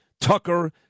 Tucker